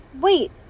Wait